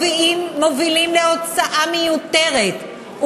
מובילים להוצאה מיותרת,